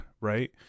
right